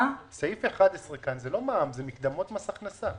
סעיף 11 כאן זה לא מע"מ, זה מקדמות מס הכנסה.